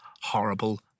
horrible